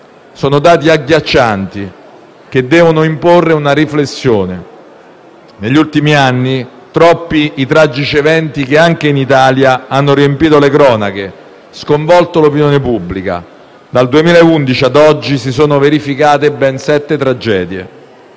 Sono dati agghiaccianti, che devono imporre una riflessione. Negli ultimi anni troppi i tragici eventi che, anche in Italia, hanno riempito le cronache e sconvolto l'opinione pubblica. Dal 2011 ad oggi si sono verificate ben sette tragedie,